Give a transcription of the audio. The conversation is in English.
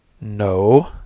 No